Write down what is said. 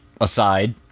aside